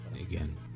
again